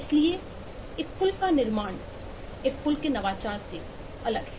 इसलिए एक पुल का निर्माण एक पुल के नवाचार से अलग है